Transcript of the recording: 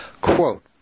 quote